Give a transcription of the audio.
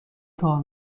کار